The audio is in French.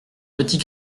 petit